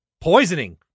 Poisoning